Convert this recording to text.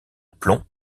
plomb